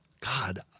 God